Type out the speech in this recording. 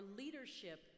leadership